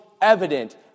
evident